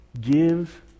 Give